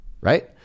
right